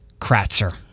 Kratzer